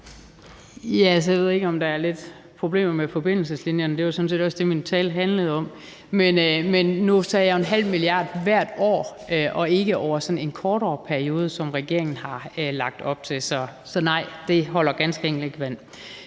jeg ved ikke, om der er lidt problemer med forbindelseslinjerne, for det var sådan set også det, min tale handlede om. Men nu sagde jeg jo 0,5 mia. kr. hvert år og ikke over sådan en kortere periode, som regeringen har lagt op til. Så nej, det holder ganske enkelt ikke vand.